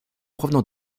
provenant